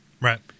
Right